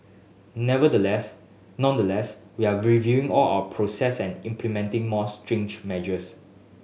nevertheless nonetheless we are reviewing all our process and implementing more strange measures